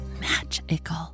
magical